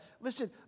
Listen